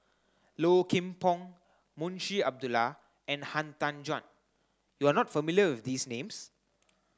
Low Kim Pong Munshi Abdullah and Han Tan Juan you are not familiar these names